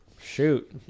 Shoot